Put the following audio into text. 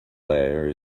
layer